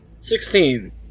Sixteen